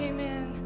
Amen